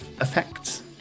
effects